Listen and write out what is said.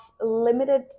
limited